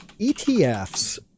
ETFs